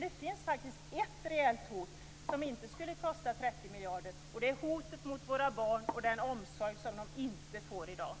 Det finns faktiskt ett reellt hot, som det inte skulle kosta 30 miljarder att möta, och det är hotet mot våra barn på grund av dagens brist på barnomsorg.